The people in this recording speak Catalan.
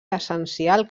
essencial